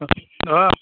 অ'